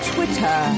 Twitter